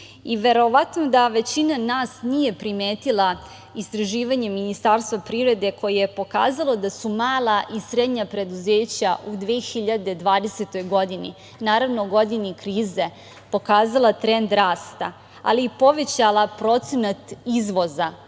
i verovatno da većina nas nije primetila istraživanje Ministarstva privrede, koje je pokazalo da su mala i srednja preduzeća u 2020. godini, godini krize, pokazala trend rasta, ali i povećala procenat izvoza,